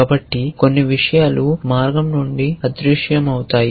కాబట్టి కొన్ని విషయాలు మార్గం నుండి అదృశ్యమవుతాయి